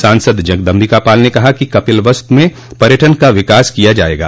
सांसद जगदम्बिकापाल ने कहा कि कपिलवस्तु में पर्यटन का विकास किया जायेगा